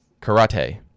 karate